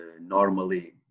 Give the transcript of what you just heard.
normally